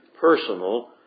personal